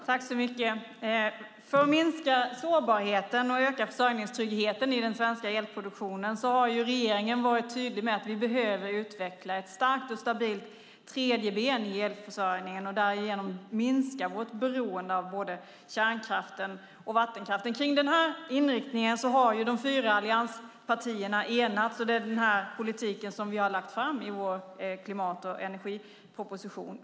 Herr talman! För att minska sårbarheten och öka försörjningstryggheten i den svenska elproduktionen har regeringen varit tydlig med att vi behöver utveckla ett starkt och stabilt tredje ben i elförsörjningen och därigenom minska vårt beroende av både kärnkraften och vattenkraften. Kring denna inriktning har de fyra allianspartierna enats, och det är denna politik vi har lagt fram i vår klimat och energiproposition.